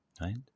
right